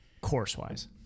course-wise